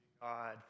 God